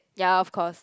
ya of course